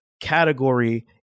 category